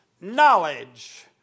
Knowledge